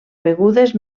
begudes